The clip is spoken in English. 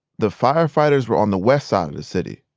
the firefighters were on the west side of the city,